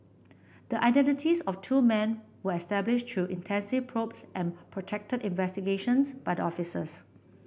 the identities of two men were established through intensive probes and protracted investigations by the officers